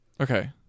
okay